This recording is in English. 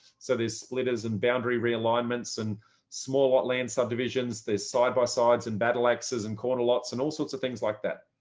so there's splitters and boundary realignments and small lot land subdivisions. there's side by sides and battle axes and corner lots and all sorts of things like that.